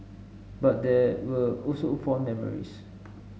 but there were also fond memories